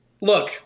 look